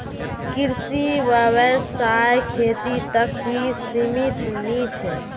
कृषि व्यवसाय खेती तक ही सीमित नी छे